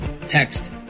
Text